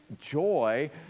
joy